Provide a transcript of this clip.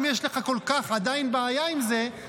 אם יש לך עדיין כל כך בעיה עם זה,